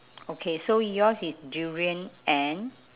okay so yours is durian and